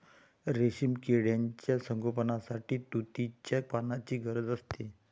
रेशीम किड्यांच्या संगोपनासाठी तुतीच्या पानांची गरज असते